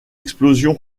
explosion